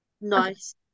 Nice